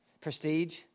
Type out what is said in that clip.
prestige